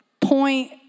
point